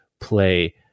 play